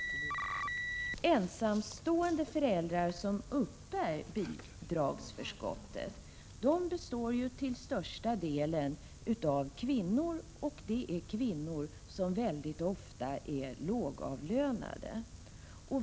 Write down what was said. De ensamstående föräldrar som uppbär bidragsförskott består ju till största delen av kvinnor, och det är kvinnor som mycket ofta är lågavlönade.